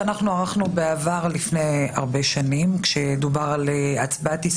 כשאני ייצגתי את הכנסת והוא הגיש גוטמן 3166/14. אמרתי לכם,